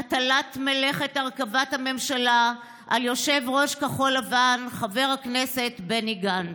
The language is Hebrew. הטלת מלאכת הרכבת הממשלה על יושב-ראש כחול לבן חבר הכנסת בני גנץ.